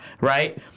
right